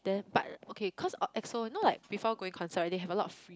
then but okay cause of Exo you know like before going concert right they have a lot of free